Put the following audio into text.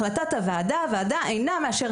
החלטת הוועדה: הוועדה אינה מאשרת